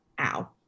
Ow